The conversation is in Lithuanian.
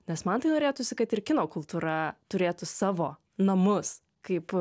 nes man tai norėtųsi kad ir kino kultūra turėtų savo namus kaip